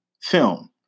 film